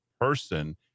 person